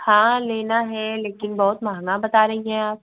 हाँ लेना है लेकिन बहुत महंगा बता रही हैं आप